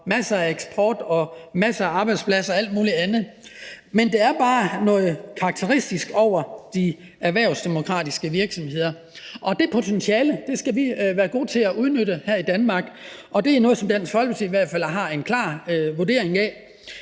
masser af eksport, masser af arbejdspladser og alt muligt andet, men der er bare noget karakteristisk ovre de erhvervsdemokratiske virksomheder, og det potentiale skal vi være gode til at udnytte her i Danmark, og det er noget, som Dansk Folkeparti i hvert fald klart vurderer at